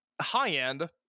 High-end